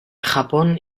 japón